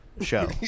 show